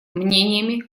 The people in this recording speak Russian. мнениями